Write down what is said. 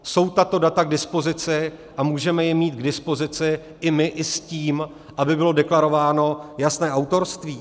Jsou tato data k dispozici a můžeme je mít k dispozici i my i s tím, aby bylo deklarováno jasné autorství?